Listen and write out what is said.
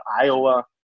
Iowa